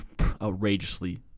outrageously